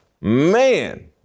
man